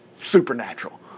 supernatural